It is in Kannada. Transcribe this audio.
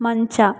ಮಂಚ